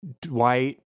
Dwight